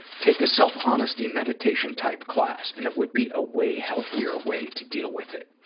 take a self-honesty meditation-type class, and it would be a way healthier way to deal with it.